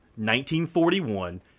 1941